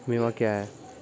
बीमा क्या हैं?